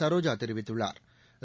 சரோஜா தெரிவித்துள்ளாா்